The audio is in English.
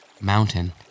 mountain